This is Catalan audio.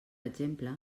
exemple